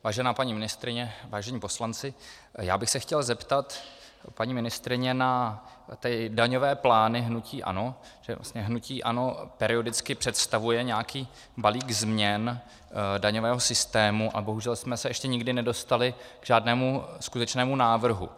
Vážená paní ministryně, vážení poslanci, chtěl bych se zeptat paní ministryně na daňové plány hnutí ANO, protože vlastně hnutí ANO periodicky představuje nějaký balík změn daňového systému, ale bohužel jsme se ještě nikdy nedostali k žádnému skutečnému návrhu.